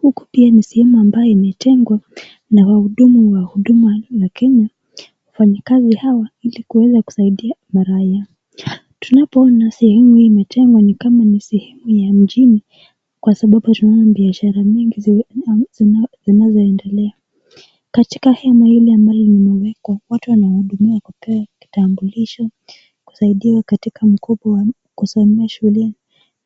Huku pia ni sehemu ambayo imetengwa na wahudumu wa huduma la Kenya. Wafanyi kazi hawa ili kuweza kusaidia maraia. Tunapoona sehemu imetengwa ni kama ni sehemu ya mjini kwa sababu tunao biashara mingi zinazoendelea. Katika hema ili ambalo limewekwa watu wanahudumiwa kutoa kitambulisho kusaidiwa katika mkopo wa kusomea shuleni